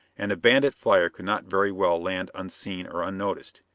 and a bandit flyer could not very well land unseen or unnoticed,